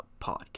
podcast